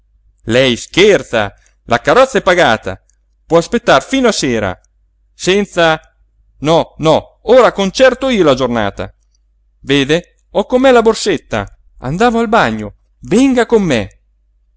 lei scherza la carrozza è pagata può aspettar fino a sera senza no no ora concerto io la giornata vede ho con me la borsetta andavo al bagno venga con me